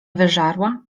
wyżarła